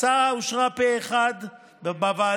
ההצעה אושרה פה אחד בוועדה,